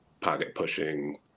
pocket-pushing